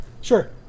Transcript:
Sure